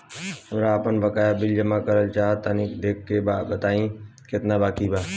हमरा आपन बाकया बिल जमा करल चाह तनि देखऽ के बा ताई केतना बाकि बा?